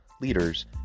leaders